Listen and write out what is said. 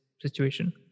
situation